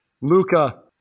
Luca